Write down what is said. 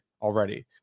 already